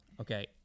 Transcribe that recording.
Okay